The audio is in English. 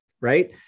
Right